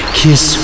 kiss